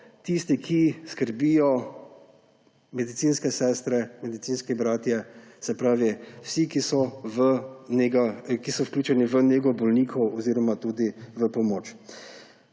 To so medicinske sestre, medicinski bratje, se pravi vsi, ki so vključeni v nego bolnikov oziroma tudi v pomoč.